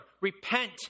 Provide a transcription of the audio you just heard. repent